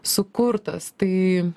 sukurtas tai